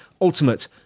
ultimate